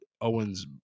Owens